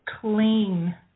Clean